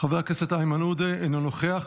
חבר הכנסת איימן עודה, אינו נוכח.